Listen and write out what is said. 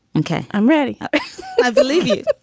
ok, i'm ready i believe you.